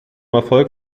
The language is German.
erfolg